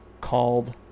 called